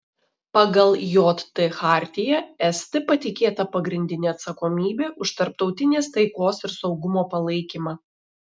pagal jt chartiją st patikėta pagrindinė atsakomybė už tarptautinės taikos ir saugumo palaikymą